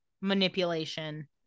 manipulation